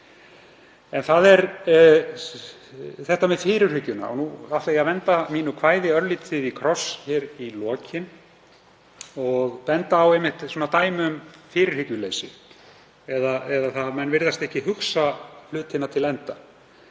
En það er þetta með fyrirhyggjuna, og nú ætla ég að venda mínu kvæði örlítið í kross hér í lokin og benda á dæmi um fyrirhyggjuleysi eða að menn virðast ekki hugsa hlutina til enda.